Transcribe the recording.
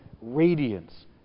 radiance